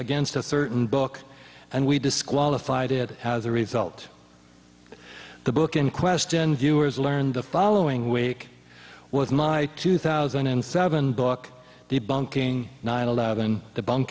against a certain book and we disqualified it as a result the book in question viewers learned the following week with my two thousand and seven book debunking nine eleven the bunk